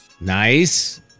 nice